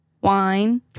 wine